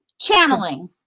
channeling